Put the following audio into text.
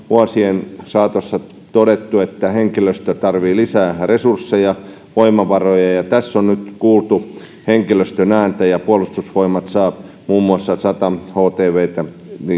vuosien saatossa todettu että henkilöstö tarvitsee lisää resursseja voimavaroja tässä on nyt kuultu henkilöstön ääntä ja puolustusvoimat saa muun muassa sata htvtä